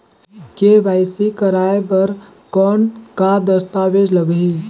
KYC कराय बर कौन का दस्तावेज लगही?